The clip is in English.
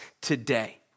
today